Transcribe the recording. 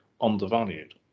undervalued